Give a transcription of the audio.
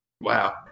Wow